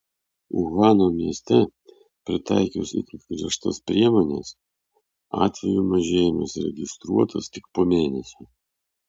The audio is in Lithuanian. uhano mieste pritaikius itin griežtas priemones atvejų mažėjimas registruotas tik po mėnesio